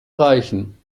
reichen